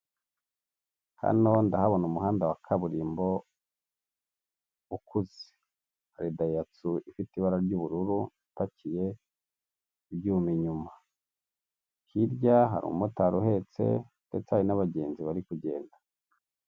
Hano ndahabona umuhanda wa kaburimbo ukuze hari dayihatsu ifite ibara ry'ubururu ipakiye ibyuma inyuma, hirya harimotari uhetse ndetse hari n'abagenzi bari kugenda.